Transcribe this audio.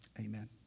Amen